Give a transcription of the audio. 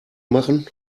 machen